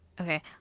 okay